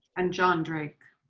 and john drake.